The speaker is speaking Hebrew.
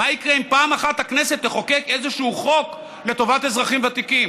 מה יקרה אם פעם אחת הכנסת תחוקק איזשהו חוק לטובת אזרחים ותיקים,